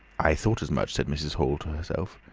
i thought as much, said mrs. hall to herself.